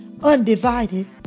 undivided